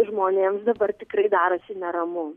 žmonėms dabar tikrai darosi neramu